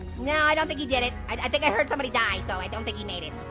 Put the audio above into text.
no, i don't think he did it. i think i heard somebody die so i don't think he made it.